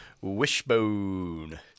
Wishbone